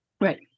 Right